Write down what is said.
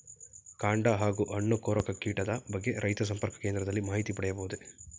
ಕಾಂಡ ಹಾಗೂ ಹಣ್ಣು ಕೊರಕ ಕೀಟದ ಬಗ್ಗೆ ರೈತ ಸಂಪರ್ಕ ಕೇಂದ್ರದಲ್ಲಿ ಮಾಹಿತಿ ಪಡೆಯಬಹುದೇ?